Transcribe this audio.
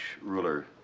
ruler